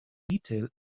detail